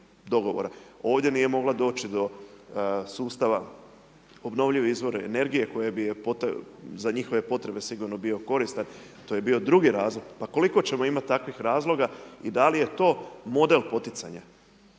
ovdje nije mogla doći do sustava obnovljivih izvora energije koji bi za njihove potrebe sigurno bio koristan, to je bio drugi razlog. Pa koliko ćemo imati takvih razloga i da li je to model poticanja.